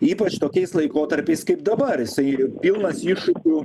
ypač tokiais laikotarpiais kaip dabar jisai pilnas iššūkių